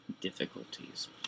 difficulties